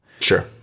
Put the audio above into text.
sure